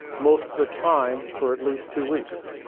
most of the time for at least two weeks.